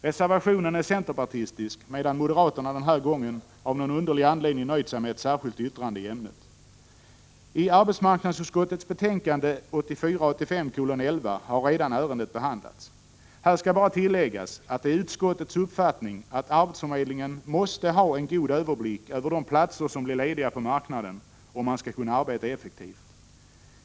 Reservationen är centerpartistisk, medan moderaterna den här gången av någon underlig anledning nöjt sig med ett särskilt yttrande i ämnet. I arbetsmarknadsutskottets betänkande 1984/85:11 har ärendet redan behandlats. Här skall bara tilläggas att det är utskottets uppfattning att arbetsförmedlingen måste ha en god överblick över de platser som blir lediga på marknaden om man skall kunna arbeta effektivt.